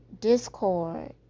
Discord